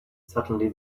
suddenly